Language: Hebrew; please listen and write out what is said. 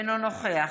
אינו נוכח